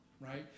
right